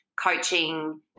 coaching